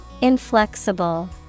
Inflexible